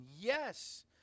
Yes